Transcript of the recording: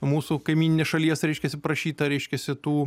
mūsų kaimyninės šalies reiškiasi prašyta reiškiasi tų